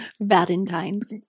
Valentine's